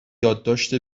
یادداشت